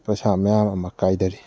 ꯄꯩꯁꯥ ꯃꯌꯥꯝ ꯑꯃ ꯀꯥꯏꯊꯔꯤ